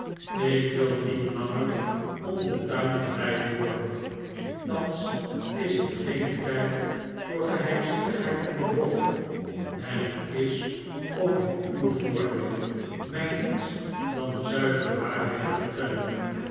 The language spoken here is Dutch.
ik wil niet langer om den tuin geleid worden thans is het geen tijd voor geheimzinnigheid en bedrog en het is ook in uw voordeel mij niets dan de zuivere waarheid te vertellen